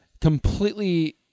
completely